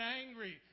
angry